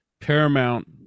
Paramount